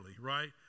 right